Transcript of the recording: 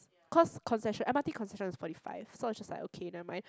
cause concession M_R_T concession is forty five so I was just like okay never mind